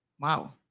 Wow